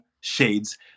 shades